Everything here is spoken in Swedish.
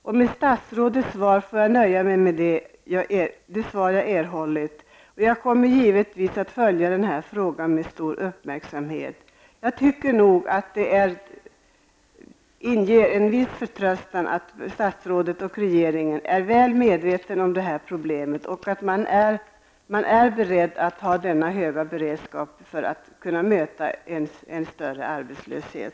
Jag får nöja mig med det svar som jag har erhållit från statsrådet, men jag kommer givetvis att följa denna fråga med stor uppmärksamhet. Jag tycker nog att det inger en viss förtröstan att statsrådet och regeringen är väl medvetna om detta problem och att de är beredda att ha denna stora beredskap för att kunna möta en högre arbetslöshet.